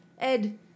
Ed